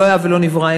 לא היה ולא נברא.